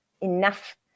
Enough